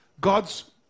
God's